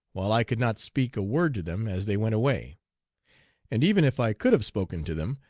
while i could not speak a word to them, as they went away and even if i could have spoken to them,